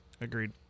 Agreed